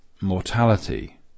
mortality